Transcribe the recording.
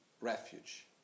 refuge